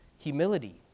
humility